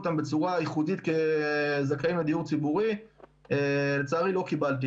כרגע זה לא הוצע.